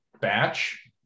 batch